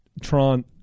Tron